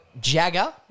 Jagger